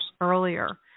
earlier